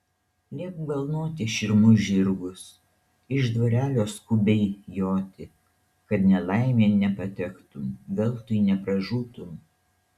liepk balnoti širmus žirgus iš dvarelio skubiai joti kad nelaimėn nepatektum veltui nepražūtum